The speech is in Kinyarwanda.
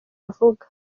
avuga